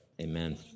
Amen